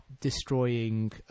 destroying